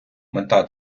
мета